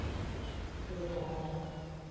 ᱜᱤᱫᱽᱨᱟᱹ ᱠᱚᱦᱚᱸ